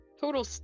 total